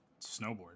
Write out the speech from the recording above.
snowboard